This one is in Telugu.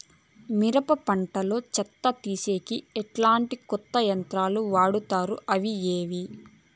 మిరప పంట లో చెత్త తీసేకి ఎట్లాంటి కొత్త యంత్రాలు వాడుతారు అవి ఏవి?